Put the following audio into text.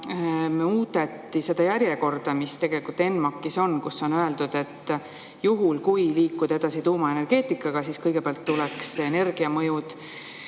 muudeti seda järjekorda, mis on ENMAK‑is, kus on öeldud, et juhul kui liikuda edasi tuumaenergeetikaga, siis kõigepealt tuleks energiamõjud